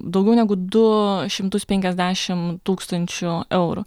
daugiau negu du šimtus penkiasdešimt tūkstančių eurų